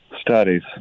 studies